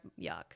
yuck